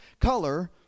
color